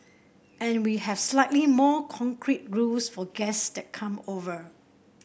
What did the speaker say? and we have slightly more concrete rules for guests that come over